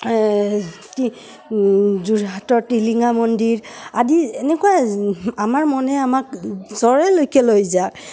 কি যোৰহাটত টিলিঙা মন্দিৰ আদি এনেকুৱা আমাৰ মনে আমাক য'ৰলৈকে লৈ যায়